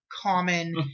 common